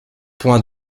point